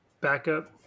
backup